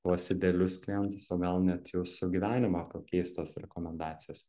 tuos idealius klientus o gal net jūsų gyvenimą pakeis tos rekomendacijos